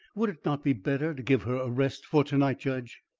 would it not be better to give her a rest for to-night, judge?